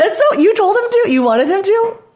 and so you told him too? you wanted him to?